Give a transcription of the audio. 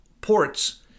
ports